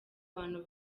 bantu